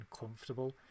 uncomfortable